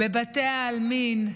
בבתי העלמין,